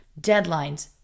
deadlines